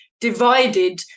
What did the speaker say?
divided